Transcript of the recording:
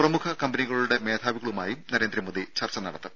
പ്രമുഖ കമ്പനികളുടെ മേധാവികളുമായും നരേന്ദ്രമോദി ചർച്ച നടത്തും